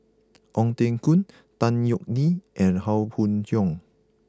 Ong Teng Koon Tan Yeok Nee and Howe Yoon Chong